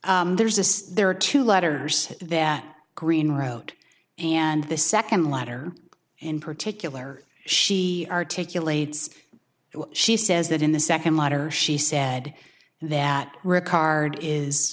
there is this there are two letters that greene wrote and the second letter in particular she articulate she says that in the second letter she said that ricard is